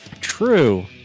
True